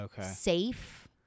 safe